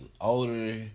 older